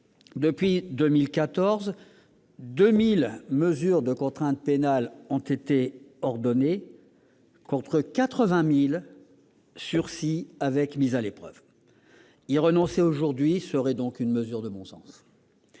depuis 2014, 2 000 mesures de contrainte pénale ont été ordonnées, contre 80 000 sursis avec mise à l'épreuve. Y renoncer aujourd'hui serait donc une mesure de bon sens.